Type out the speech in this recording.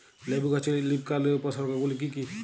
লেবু গাছে লীফকার্লের উপসর্গ গুলি কি কী?